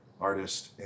artist